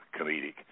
comedic